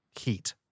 heat